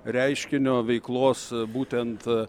reiškinio veiklos būtent